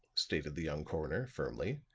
stated the young coroner, firmly,